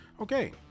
okay